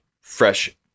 fresh